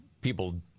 people